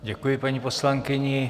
Děkuji paní poslankyni.